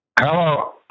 hello